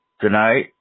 tonight